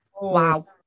wow